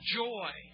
joy